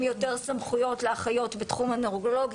אז אנחנו עובדים עכשיו על עדכון הנוהל של יחידות